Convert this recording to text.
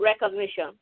recognition